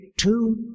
Two